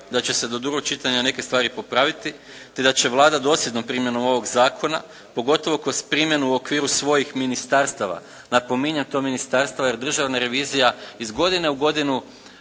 da će se do drugog čitanja neke stvari popraviti te da će Vlada dosljednom primjenom ovog zakona pogotovo kroz primjenu u okviru svojih ministarstava. Napominjem to ministarstva jer državna revizija iz godine u godinu